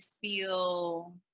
feel